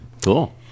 Cool